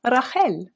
Rachel